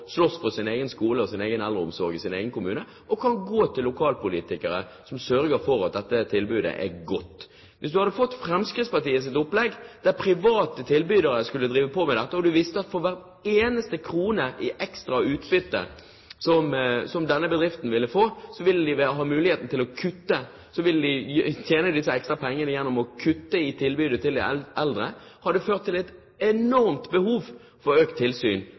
slåss for sin egen skole og sin egen eldreomsorg i sin egen kommune, og at de kan gå til lokalpolitikere som vil sørge for at dette tilbudet er godt. Hvis man hadde fått Fremskrittspartiets opplegg der private tilbydere skulle drive med dette, og man visste at for hver eneste krone i ekstra utbytte som denne bedriften ville få, ville de tjene disse pengene ved å kutte i tilbudet til de eldre, hadde det ført til et enormt behov for økt tilsyn